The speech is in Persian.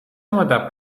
مدّت